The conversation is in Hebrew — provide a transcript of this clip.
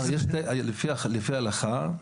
לפי ההלכה,